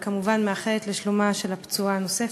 וכמובן מאחלת לשלומה של הפצועה הנוספת,